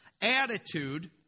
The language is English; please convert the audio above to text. attitude